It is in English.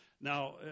Now